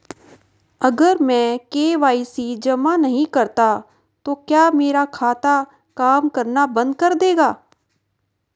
अगर मैं के.वाई.सी जमा नहीं करता तो क्या मेरा खाता काम करना बंद कर देगा?